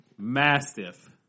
mastiff